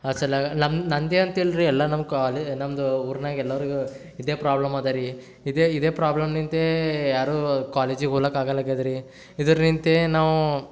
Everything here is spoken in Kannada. ಆ ಸಲ್ವಾಗ ನಮ್ಮ ನನ್ನದೇ ಅಂತಿಲ್ಲ ರೀ ಎಲ್ಲ ನಮ್ಮ ಕಾಲೇ ನಮ್ಮದು ಊರ್ನಾಗೆ ಎಲ್ಲರಿಗೂ ಇದೇ ಪ್ರಾಬ್ಲಮ್ ಇದೇರಿ ಇದೇ ಇದೇ ಪ್ರಾಬ್ಲಮ್ನಿಂದೇ ಯಾರೂ ಕಾಲೇಜಿಗೆ ಹೋಲಾಕ್ ಆಗಲ್ಲಾಗಿದ್ರಿ ಇದರ್ನಿಂತೆ ನಾವು